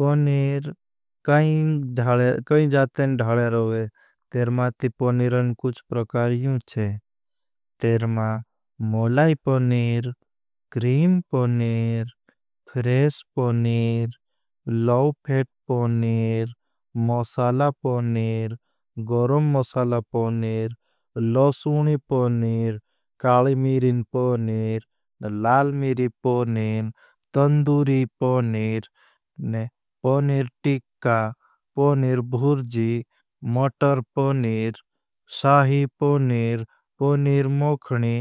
पनीर, कईं जातें डहले रोगे, तेरमा ती पनीरन कुछ प्रकारियूं छे। तेरमा मोलाई paneer, cream paneer, fresh paneer, low fat paneer, masala paneer, गरम मोसाला पनीर। लोसूनी पनीर, काली मीरिन पनीर, लाल मीरी पनीर, तंदूरी पनीर, पनीर टिका, पनीर भूर्जी। मटर पनीर, साही पनीर, पनीर मोखनी,